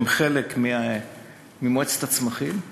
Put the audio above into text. שהם חלק ממועצת הצמחים.